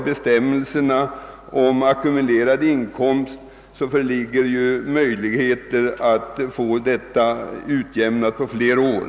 Bestämmelserna om ackumulerad inkomst gör att konstnärer kan få utjämna inkomsten på flera år.